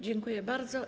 Dziękuję bardzo.